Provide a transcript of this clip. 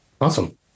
Awesome